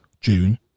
June